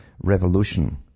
revolution